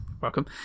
welcome